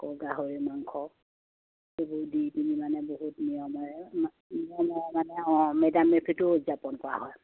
আকৌ গাহৰি মাংস এইবোৰ দি পিনি মানে বহুত নিয়মেৰে নিয়মেৰে মানে অঁ মে ডাম মে ফিটো উদযাপন কৰা হয়